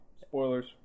Spoilers